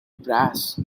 brass